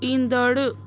ईंदड़ु